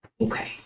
okay